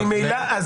אתה